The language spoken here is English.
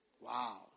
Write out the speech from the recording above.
Wow